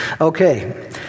Okay